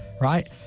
Right